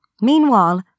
Meanwhile